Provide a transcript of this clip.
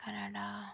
Canada